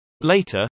Later